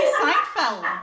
Seinfeld